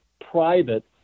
private